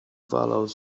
followed